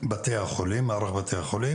את מערך בתי החולים?